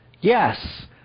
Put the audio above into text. Yes